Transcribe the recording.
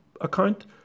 account